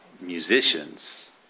musicians